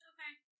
Okay